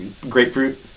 grapefruit